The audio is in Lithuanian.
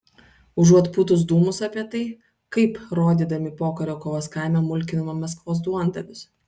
užuot pūtus dūmus apie tai kaip rodydami pokario kovas kaime mulkinome maskvos duondavius